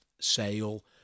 sale